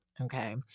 okay